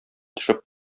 төшеп